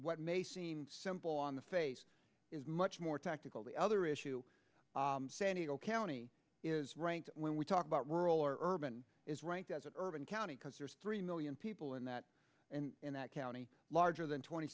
what may seem simple on the face is much more tactical the other issue san diego county is right when we talk about rural or urban is ranked as urban county because there's three million people in that and in that county larger than twenty